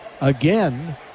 again